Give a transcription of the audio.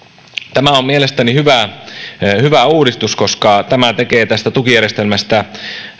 tämä on mielestäni hyvä uudistus koska tämä tekee tästä tukijärjestelmästä